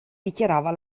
dichiarava